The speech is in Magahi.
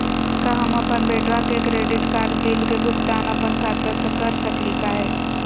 का हम अपन बेटवा के क्रेडिट कार्ड बिल के भुगतान अपन खाता स कर सकली का हे?